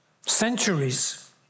centuries